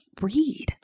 read